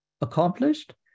accomplished